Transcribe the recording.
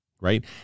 Right